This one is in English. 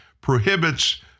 prohibits